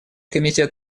комитет